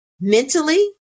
mentally